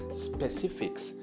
specifics